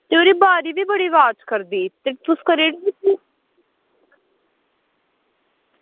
ओह्दी बारी बी बड़ी आवाज़ करदी ते तुस करी ओड़गे ठीक